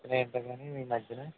మేమిద్దరం ఎందుకు ఈ మధ్యన